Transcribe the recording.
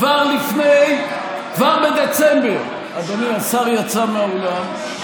כבר בדצמבר, אדוני, השר יצא מהאולם.